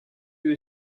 lieu